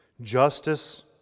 justice